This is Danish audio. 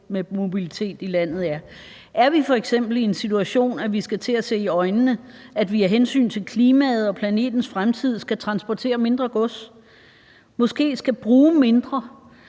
med mobiliteten i landet. Er vi f.eks. i en situation, hvor vi skal til at se i øjnene, at vi af hensyn til klimaet og planetens fremtid skal transportere mindre gods, måske skal bruge mindre